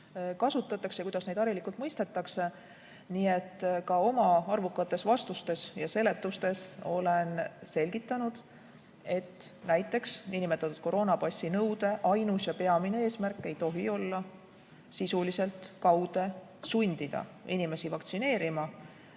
kasutatakse ja kuidas neid harilikult mõistetakse. Ka oma arvukates vastustes ja seletustes olen ma selgitanud, et näiteks koroonapassinõude ainus ja peamine eesmärk ei tohi olla sisuliselt kaude sundida inimesi vaktsineerima,